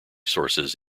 sources